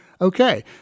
Okay